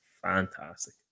Fantastic